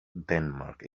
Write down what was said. denmark